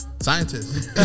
Scientists